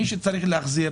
מי שצריך להחזיר